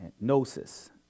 Gnosis